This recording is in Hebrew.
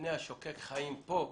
המבנה השוקק חיים פה,